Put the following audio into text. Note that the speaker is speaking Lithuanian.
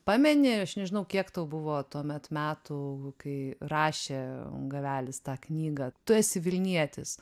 pameni aš nežinau kiek tau buvo tuomet metų kai rašė gavelis tą knygą tu esi vilnietis